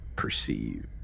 perceive